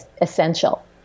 essential